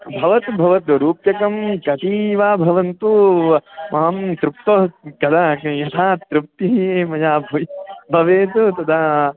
भवतु भवतु रूप्यकं कति वा भवन्तु अहं तृप्तो कदा अस्मि यथा तृप्तिः मया भवेत् तदा